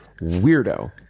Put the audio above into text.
weirdo